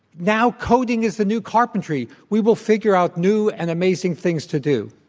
now, coding is the new carpentry. we will figure out new and amazing things to do.